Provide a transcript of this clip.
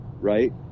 right